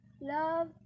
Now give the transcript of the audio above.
Love